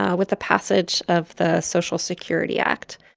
ah with the passage of the social security act.